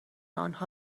آنها